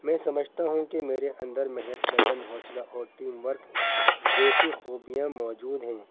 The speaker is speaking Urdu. میں سمجھتا ہوں کہ میرے اندر محنت لگن حوصلہ اور ٹیم ورک جیسی خوبیاں موجود ہیں